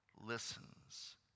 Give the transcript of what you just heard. listens